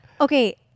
Okay